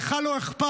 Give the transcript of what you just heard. לך לא אכפת,